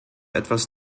etwas